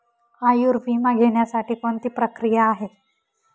आयुर्विमा घेण्यासाठी कोणती प्रक्रिया आहे?